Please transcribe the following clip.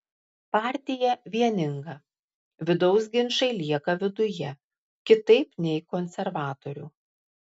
partija vieninga vidaus ginčai lieka viduje kitaip nei konservatorių